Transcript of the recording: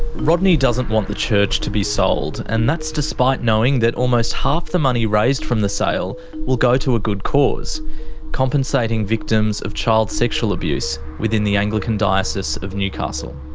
rodney doesn't want the church to be sold and that's despite knowing that almost half the money raised from the sale will go to a good cause compensating victims of child sexual abuse within the anglican diocese of newcastle.